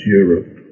europe